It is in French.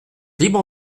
libre